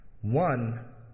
One